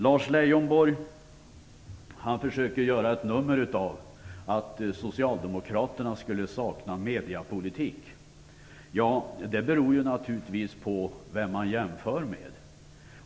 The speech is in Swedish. Lars Leijonborg försöker göra ett nummer av att Socialdemokraterna skulle sakna mediepolitik. Det beror naturligtvis på vem man jämför med.